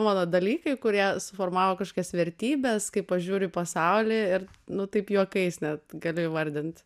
mano dalykai kurie suformavo kažkokias vertybes kaip aš žiūriu į pasaulį ir nu taip juokais net galiu įvardint